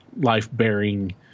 life-bearing